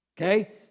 Okay